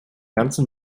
ganzen